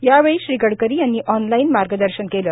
यावेळी गडकरी यांनी ऑनलाइन मार्गदर्शन केले